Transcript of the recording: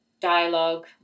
dialogue